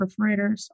perforators